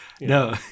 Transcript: no